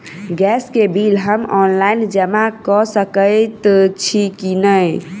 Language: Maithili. गैस केँ बिल हम ऑनलाइन जमा कऽ सकैत छी की नै?